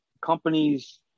Companies